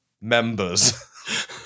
members